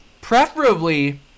Preferably